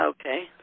Okay